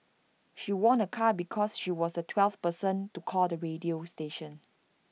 she won A car because she was the twelfth person to call the radio station